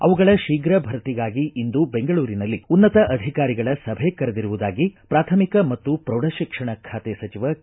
ಅವುಗಳ ಶೀಘ ಭರ್ತಿಗಾಗಿ ಇಂದು ಬೆಂಗಳೂರಿನಲ್ಲಿ ಉನ್ನತ ಅಧಿಕಾರಿಗಳ ಸಭೆ ಕರೆದಿರುವುದಾಗಿ ಪ್ರಾಥಮಿಕ ಮತ್ತು ಪ್ರೌಢ ಶಿಕ್ಷಣ ಬಾತೆ ಸಚಿವ ಕೆ